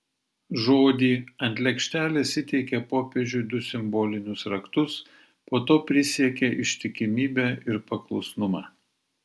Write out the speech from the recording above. žodį ant lėkštelės įteikė popiežiui du simbolinius raktus po to prisiekė ištikimybę ir paklusnumą